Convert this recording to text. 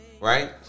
Right